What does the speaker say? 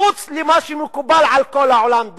מחוץ למה שמקובל בכל העולם.